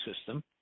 system